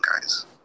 guys